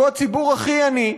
שהוא הציבור הכי עני,